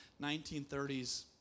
1930s